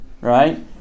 Right